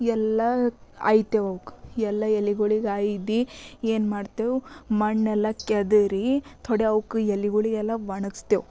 ಎಲ್ಲ ಆಯ್ತೇವೆ ಅವ್ಕೆ ಎಲ್ಲ ಎಲೆಗಳಿಗೆ ಆಯ್ದು ಏನು ಮಾಡ್ತೀವಿ ಮಣ್ಣೆಲ್ಲ ಕೆದರಿ ಥೊಡೆ ಅವ್ಕೆ ಎಲೆಗಳಿಗೆಲ್ಲ ಒಣಗಿಸ್ತೇವೆ